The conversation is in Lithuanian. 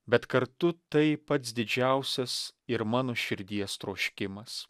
bet kartu tai pats didžiausias ir mano širdies troškimas